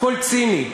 הכול ציני.